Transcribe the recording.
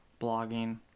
blogging